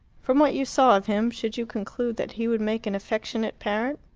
from what you saw of him, should you conclude that he would make an affectionate parent?